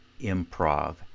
improv